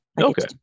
Okay